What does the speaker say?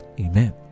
Amen